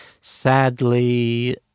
sadly